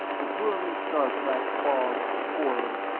the whirling star-tracks fogged, coiled,